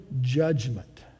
judgment